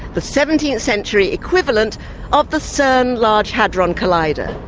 the seventeenth century equivalent of the cern large hadron collider.